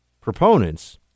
proponents